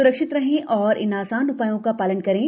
सुरक्षित रहें और इन आसान उपायों का पालन करें